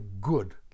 good